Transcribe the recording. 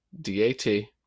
D-A-T